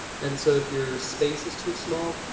and so if your space is too small,